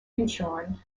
incheon